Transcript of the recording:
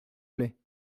plait